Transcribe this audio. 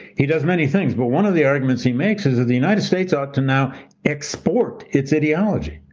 he does many things, but one of the arguments he makes is that the united states ought to now export its ideology.